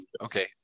okay